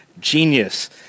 genius